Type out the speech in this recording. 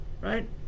right